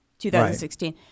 2016